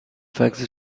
فکس